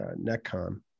netcom